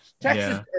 Texas